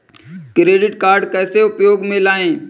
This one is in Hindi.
क्रेडिट कार्ड कैसे उपयोग में लाएँ?